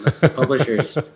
Publishers